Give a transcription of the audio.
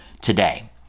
today